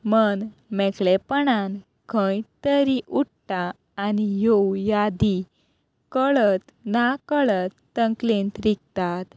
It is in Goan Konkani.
मन मेकळेपणान खंय तरी ओडटा आनी ह्यो यादी कळत ना कळत तकलेंत रिगतात